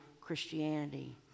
Christianity